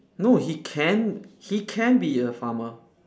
no he can he can be a farmer